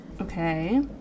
Okay